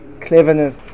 cleverness